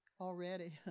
already